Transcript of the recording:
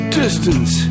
distance